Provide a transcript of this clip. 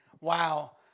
Wow